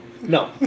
No